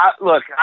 Look